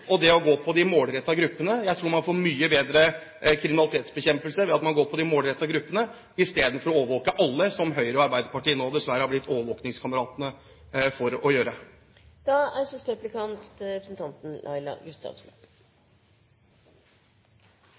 og det å gå på de målrettede gruppene. Jeg tror man får mye bedre kriminalitetsbekjempelse ved å gå på de målrettede gruppene i stedet for å overvåke alle, som Høyre og Arbeiderpartiet – som nå dessverre har blitt